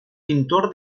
pintor